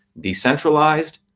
decentralized